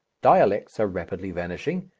dialects are rapidly vanishing,